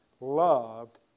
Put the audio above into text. loved